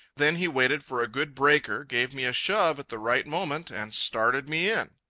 then he waited for a good breaker, gave me a shove at the right moment, and started me in.